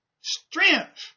strength